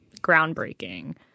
groundbreaking